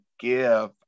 Give